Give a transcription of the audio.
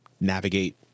navigate